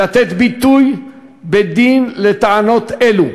לתת ביטוי בדין לטענות אלו,